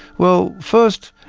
well, first,